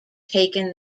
taken